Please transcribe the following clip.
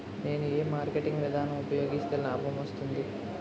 నేను ఏ మార్కెటింగ్ విధానం ఉపయోగిస్తే లాభం వస్తుంది?